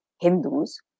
Hindus